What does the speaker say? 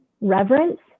reverence